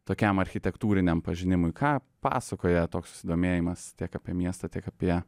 tokiam architektūriniam pažinimui ką pasakoja toks susidomėjimas tiek apie miestą tiek apie